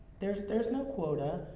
there's, there's no quota.